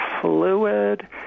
fluid